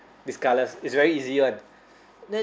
these colours it's very easy [one] then